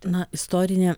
na istorinė